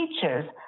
teachers